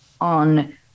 on